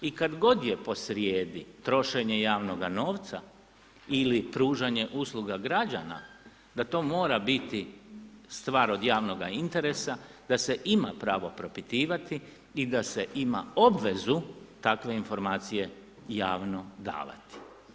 I kad god je posrijedi trošenje javnoga novca ili pružanje usluga građana da to mora biti stvar od javnoga interesa, da se ima pravo propitivati i da se ima obvezu takve informacije javno davati.